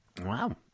Wow